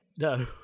No